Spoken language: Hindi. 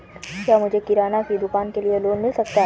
क्या मुझे किराना की दुकान के लिए लोंन मिल सकता है?